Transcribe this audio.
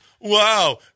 Wow